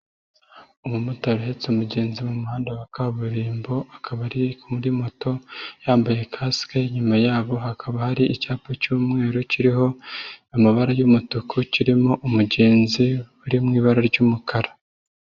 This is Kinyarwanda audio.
Umumotari yaretse umugenzi mu muhanda wa kaburimbo, akaba ari kuri moto yambaye kasike, inyuma yabo hakaba hari icyapa cy'umweru kiriho amabara y'umutuku, kirimo umugenzi uri mu ibara ry'umukara.